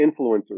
influencers